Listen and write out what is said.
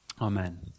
Amen